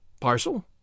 Parcel